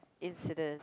incident